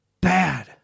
bad